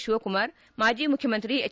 ಶಿವಕುಮಾರ್ ಮಾಜಿ ಮುಖ್ಯಮಂತ್ರಿ ಎಚ್